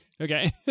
Okay